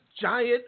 giant